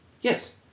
Yes